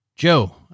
Joe